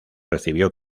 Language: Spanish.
recibió